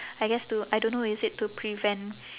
I guess to I don't know is it to prevent